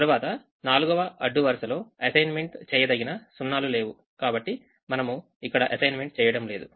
తర్వాత నాలుగవ అడ్డు వరుసలో అసైన్మెంట్ చేయదగిన సున్నాలు లేవు కాబట్టి మనము ఇక్కడ అసైన్మెంట్ చేయడం లేదు